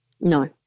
No